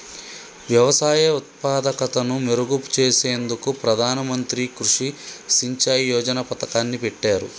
వ్యవసాయ ఉత్పాదకతను మెరుగు చేసేందుకు ప్రధాన మంత్రి కృషి సించాయ్ యోజన పతకాన్ని పెట్టారు